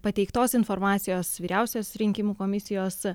pateiktos informacijos vyriausios rinkimų komisijos